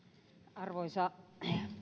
arvoisa